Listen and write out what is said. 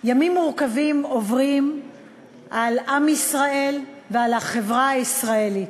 ימים מורכבים עוברים על עם ישראל ועל החברה הישראלית.